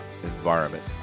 environment